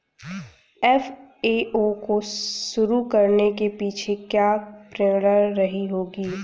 FAO को शुरू करने के पीछे की क्या प्रेरणा रही होगी?